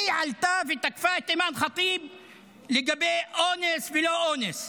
היא עלתה ותקפה את אימאן ח'טיב לגבי אונס ולא אונס.